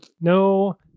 no